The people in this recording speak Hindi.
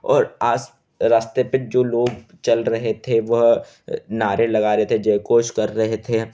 और आस रास्ते पर जो लोग चल रहे थे वह नारे लगा रहे थे जय घोष कर रहे थे